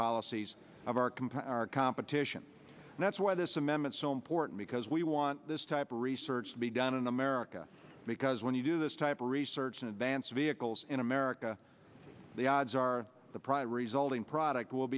policies of our compound our competition and that's why this amendment so important because we want this type of research to be done in america because when you do this type of research in advance vehicles in america the odds are the pride resulting product will